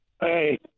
Hey